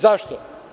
Zašto?